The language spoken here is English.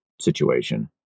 situation